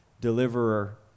deliverer